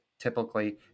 typically